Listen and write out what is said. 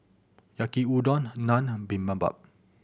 Yaki Udon Naan and Bibimbap